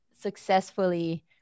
successfully